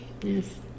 yes